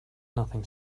nothing